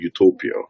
utopia